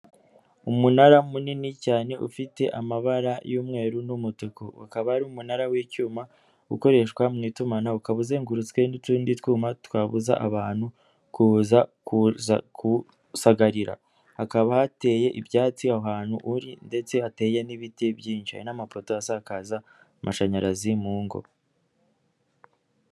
Umunara munini cyane ufite amabara y'umweru n'umutuku ukaba ari umunara w'icyuma ukoreshwa mu itumanaho ,ukaba uzengurutswe n'utundi twuma twabuza abantu kuza kuwusagarira hakaba hateye ibyatsi ahantu uri ndetse hateye n'ibiti byinshi n'amapoto asakaza amashanyarazi mu ngo.